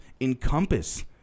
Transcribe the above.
encompass